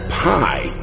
pie